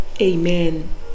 amen